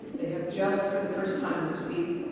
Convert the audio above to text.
they have just, for the first time this week,